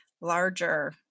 larger